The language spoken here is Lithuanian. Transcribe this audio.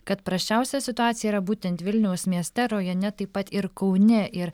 kad prasčiausia situacija yra būtent vilniaus mieste rajone taip pat ir kaune ir